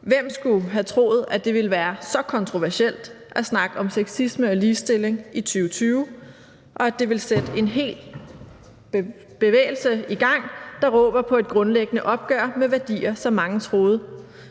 Hvem skulle have troet, at det ville være så kontroversielt at snakke om sexisme og ligestilling i 2020, og at det ville sætte en hel bevægelse i gang, der råber på et grundlæggende opgør med værdier, som mange troede